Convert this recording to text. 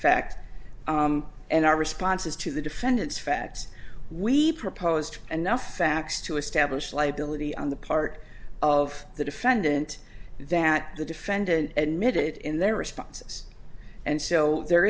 facts and our responses to the defendant's facts we proposed and now facts to establish liability on the part of the defendant that the defendant admitted in their responses and so there